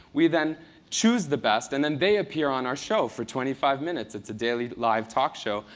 we then choose the best and then they appear on our show for twenty five minutes. it is a daily live talk show,